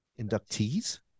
Inductees